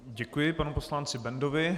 Děkuji panu poslanci Bendovi.